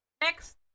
Next